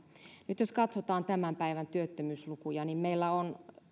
nyt jos katsotaan tämän päivän työttömyyslukuja niin meillä on